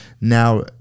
now